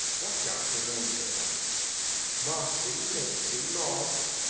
what ghastly names they have markby, migsby, mobbs,